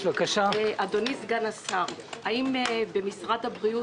אדוני סגן האוצר האם במשרד הבריאות